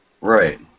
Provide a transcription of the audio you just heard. Right